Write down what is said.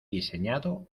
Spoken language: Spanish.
diseñado